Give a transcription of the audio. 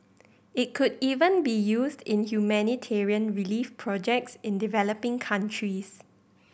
it could even be used in humanitarian relief projects in developing countries